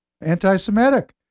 Anti-Semitic